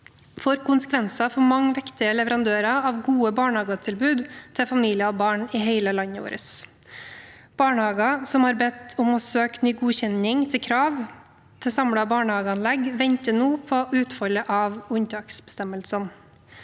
får konsekvenser for mange viktige leverandører av gode barnehagetilbud til familier og barn i hele landet vårt. Barnehager som har bedt om å få søke ny godkjenning når det gjelder krav til samlet barnehageanlegg, venter nå på utfallet av unntaksbestemmelsene.